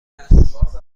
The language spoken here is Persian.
است